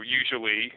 usually